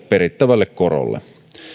perittävälle korolle